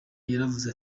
yaravuze